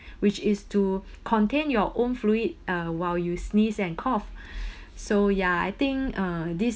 which is to contain your own fluid uh while you sneeze and cough so ya I think uh this